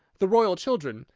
the royal children,